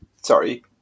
Sorry